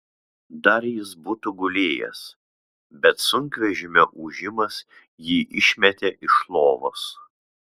dar jis būtų gulėjęs bet sunkvežimio ūžimas jį išmetė iš lovos